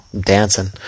dancing